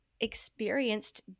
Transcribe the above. experienced